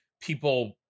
people